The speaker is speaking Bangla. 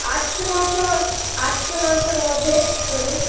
আটশো নশো আটশো নশোর মধ্যে ধরুন